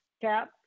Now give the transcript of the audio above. cap